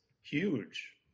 huge